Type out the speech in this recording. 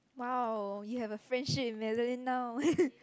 !wow! you have a friendship with Madeline now